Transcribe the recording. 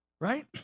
right